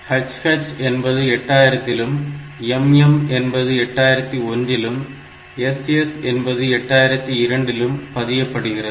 hh என்பது 8000 இலும் mm என்பது 8001 இலும் ss என்பது 8002 இலும் பதியப்படுகிறது